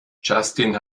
justin